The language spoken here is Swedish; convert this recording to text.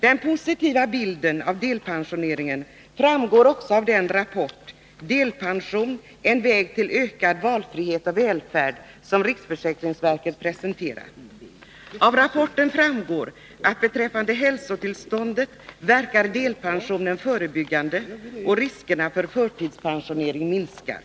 Den positiva bilden av delpensioneringen framgår också av rapporten Delpension-— en väg till ökad valfrihet och välfärd, som riksförsäkringsverket presenterade. Av rapporten framgår att delpensionen verkar förebyggande beträffande hälsotillståndet och att riskerna för förtidspensionering minskar.